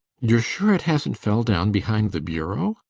you're sure it hasn't fell down behind the bureau?